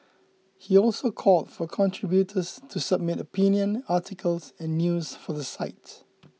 he also called for contributors to submit opinion articles and news for the site